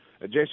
Jason